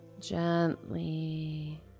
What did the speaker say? gently